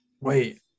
Wait